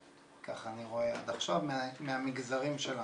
ככה אני רואה עד עכשיו מהמגזרים שלנו.